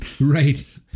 Right